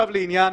עזוב תיקון.